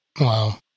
Wow